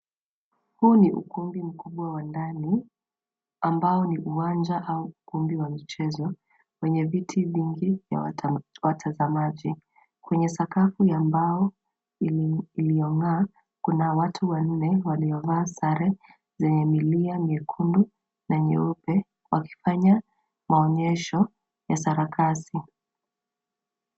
Huu ni ukumbi mkubwa wa ndani, ambao ni uwanja au ukumbi wa michezo, wenye viti vingi ya watazamaji. Kuna sakafu ya mbao iliyong'aa, kuna watu wanne waliovaa sare zenye milia miekundu na nyeupe, wakifanya maonyesho ya sarakasi.